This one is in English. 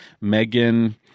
Megan